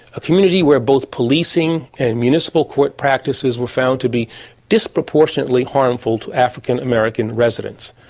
a community where both policing and municipal court practices were found to be disproportionately harmful to african american residents.